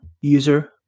user